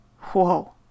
Whoa